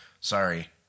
sorry